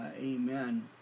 Amen